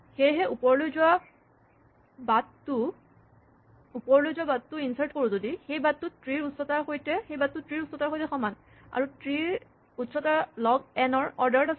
সেয়েহে ওপৰলৈ যোৱা বাটটো ইনচাৰ্ট কৰোঁ যদি সেই বাটটো ট্ৰী ৰ উচ্চতাৰ সৈতে সমান আৰু ট্ৰী ৰ উচ্চতা লগ এন ৰ অৰ্ডাৰত আছে